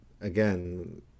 again